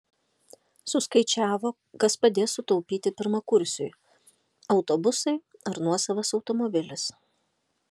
suskaičiavo kas padės sutaupyti pirmakursiui autobusai ar nuosavas automobilis